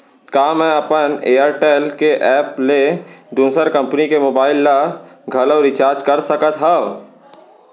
का मैं अपन एयरटेल के एप ले दूसर कंपनी के मोबाइल ला घलव रिचार्ज कर सकत हव?